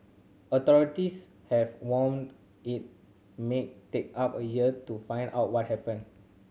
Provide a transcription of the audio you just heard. authorities have warned it may take up a year to find out what happened